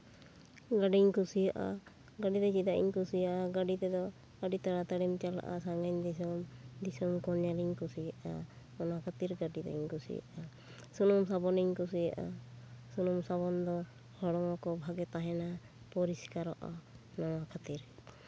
ᱜᱟ ᱰᱤᱤᱧ ᱠᱩᱥᱤᱭᱟᱜᱼᱟ ᱜᱟᱹᱰᱤ ᱫᱚ ᱪᱮᱫᱟᱜ ᱤᱧ ᱠᱩᱥᱤᱭᱟᱜᱼᱟ ᱜᱟᱹᱰᱤ ᱛᱮᱫᱚ ᱟᱹᱰᱤ ᱛᱟᱲᱟᱛᱟᱲᱤᱢ ᱪᱟᱞᱟᱜᱼᱟ ᱥᱟᱺᱜᱤᱧ ᱫᱤᱥᱚᱢ ᱫᱤᱥᱚᱢ ᱠᱚ ᱧᱮᱞᱤᱧ ᱠᱩᱥᱤᱭᱟᱜᱼᱟ ᱚᱱᱟ ᱠᱷᱟᱹᱛᱤᱨ ᱜᱟᱹᱰᱤ ᱫᱩᱧ ᱠᱩᱥᱤᱭᱟᱜᱼᱟ ᱥᱩᱱᱩᱢ ᱥᱟᱵᱚᱱᱤᱧ ᱠᱩᱥᱤᱭᱟᱜᱼᱟ ᱥᱩᱱᱩᱢ ᱥᱟᱵᱚᱱ ᱫᱚ ᱦᱚᱲᱢᱚ ᱠᱚ ᱵᱷᱟᱜᱮ ᱛᱟᱦᱮᱸᱱᱟ ᱯᱚᱨᱤᱥᱠᱟᱨᱚᱜᱼᱟ ᱚᱱᱟ ᱠᱷᱟᱹᱛᱤᱨ